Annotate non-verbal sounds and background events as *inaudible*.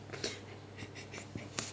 *laughs*